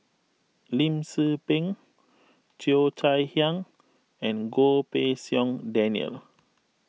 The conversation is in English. Lim Tze Peng Cheo Chai Hiang and Goh Pei Siong Daniel